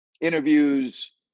interviews